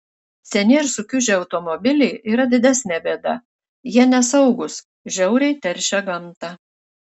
seni ir sukiužę automobiliai yra didesnė bėda jie nesaugūs žiauriai teršia gamtą